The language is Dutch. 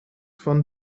van